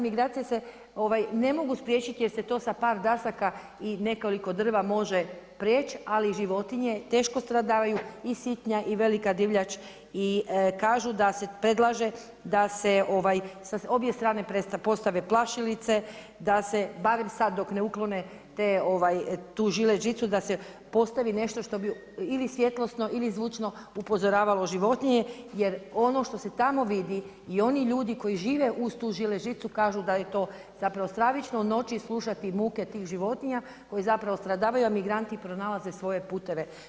Migracije se ne mogu spriječiti jer se to sa par dasaka i nekoliko drva može priječi, ali životinje teško stradavaju i sitna i velika divljač i kažu da se predlaže da se sa obje strane postave plašilice, da se barem sad dok ne uklone tu žile žicu, da se postavi nešto što bi ili svjetlosno ili zvučno upozoravalo životinje, jer ono što se tamo vidi i oni ljudi koji žive uz tu žilet žicu, kažu da je to zapravo stravično u noći slušati muke tih životinja koje zapravo stradavaju, a migranti pronalaze svoje putove.